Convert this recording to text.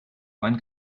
one